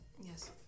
yes